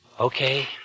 Okay